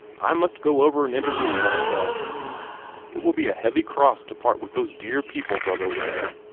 i must go over an interduce myself it will be a heavy cross to part with those dear people, brother ware,